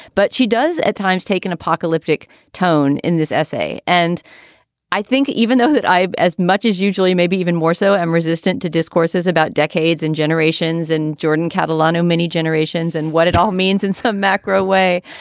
but she does at times take an apocalyptic tone in this essay. and i think even though that i've as much as usually maybe even more so, i'm resistant to discourses about decades and generations and jordan catalano, many generations and what it all means in some macro way.